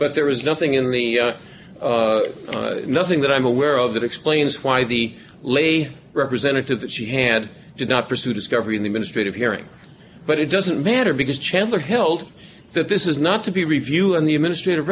but there was nothing in the nothing that i'm aware of that explains why the lay representative that she had did not pursue discovery in the ministry of hearing but it doesn't matter because chancellor hild that this is not to be review and the administrative